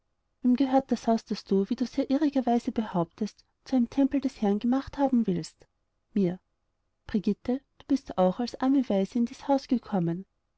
gehört das haus das du wie du sehr irrigerweise behauptest zu einem tempel des herrn gemacht haben willst mir brigitte du bist auch als arme waise in dies haus gekommen